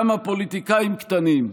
כמה פוליטיקאים קטנים,